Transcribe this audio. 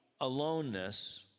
aloneness